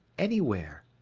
anywhere.